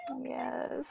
Yes